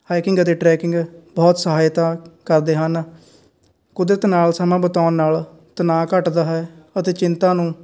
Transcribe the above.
hacking ਅਤੇ trekking ਬਹੁਤ ਸਹਾਇਤਾ ਕਰਦੇ ਹਨ ਕੁਦਰਤ ਨਾਲ ਸਮਾਂ ਬਿਤਾਉਣ ਨਾਲ ਤਣਾਅ ਘੱਟਦਾ ਹੈ ਅਤੇ ਚਿੰਤਾ ਨੂੰ